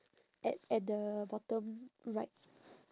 at at the bottom right